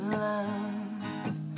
love